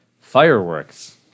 fireworks